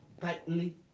tightly